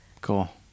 Cool